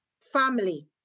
family